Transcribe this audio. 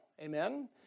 Amen